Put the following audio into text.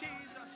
Jesus